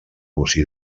bocí